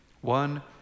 One